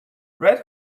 red